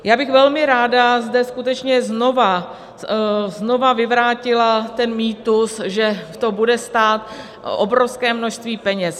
Já bych velmi ráda zde skutečně znovu vyvrátila ten mýtus, že to bude stát obrovské množství peněz.